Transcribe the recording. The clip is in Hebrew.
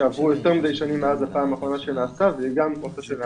שעברו יותר מדי שנים מאז הפעם האחרונה וגם שנעשה.